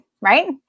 right